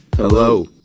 Hello